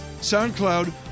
soundcloud